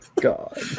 God